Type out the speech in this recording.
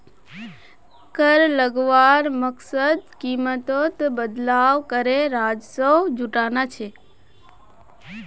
कर लगवार मकसद कीमतोत बदलाव करे राजस्व जुटाना छे